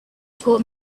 taught